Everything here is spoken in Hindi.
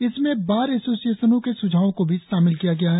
इसमें बार एसोसिएशनों के सुझावों को भी शामिल किया गया है